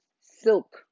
silk